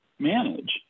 manage